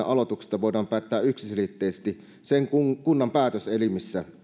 aloituksesta voidaan päättää yksiselitteisesti sen kunnan päätöselimissä